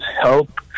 help